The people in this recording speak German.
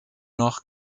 noch